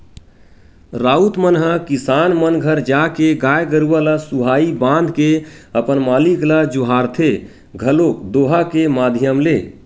राउत मन ह किसान मन घर जाके गाय गरुवा ल सुहाई बांध के अपन मालिक ल जोहारथे घलोक दोहा के माधियम ले